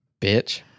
Bitch